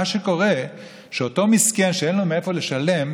מה שקורה הוא שאותו מסכן שאין לו מאיפה לשלם,